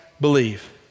believe